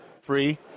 free